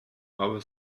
aber